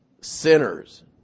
sinners